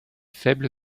faible